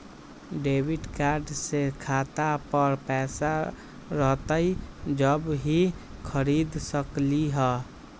Debit card से खाता पर पैसा रहतई जब ही खरीद सकली ह?